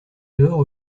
dehors